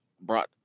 Brought